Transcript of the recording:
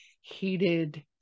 heated